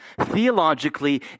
theologically